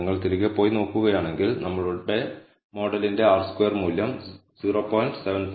നിങ്ങൾ തിരികെ പോയി നോക്കുകയാണെങ്കിൽ നമ്മളുടെ മോഡലിന്റെ R സ്ക്വയർ മൂല്യം 0